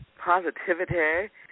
positivity